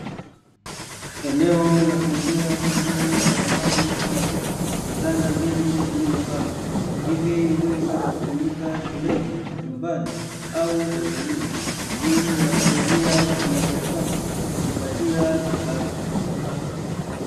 Eneo la kuuzia samani kama vile; vitanda vingi vilivyopangwa ambavyo huweza kutumika shuleni, nyumbani au hotelini na hii huwasaidia wafanya biashara kuweza kujipatia kipato.